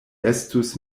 estus